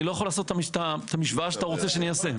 אני לא יכול לעשות את המשוואה שאתה רוצה שאני אעשה.